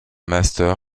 master